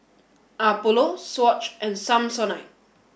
Apollo Swatch and Samsonite